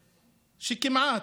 שכמעט,